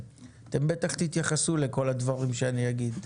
אתם בטח תתייחסו לכל הדברים שאני אגיד.